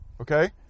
Okay